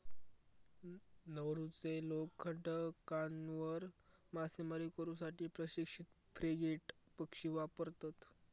नौरूचे लोक खडकांवर मासेमारी करू साठी प्रशिक्षित फ्रिगेट पक्षी वापरतत